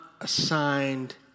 assigned